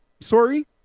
Sorry